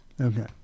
Okay